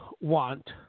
want